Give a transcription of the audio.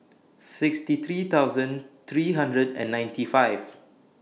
sixty three thousand three hundred and ninety five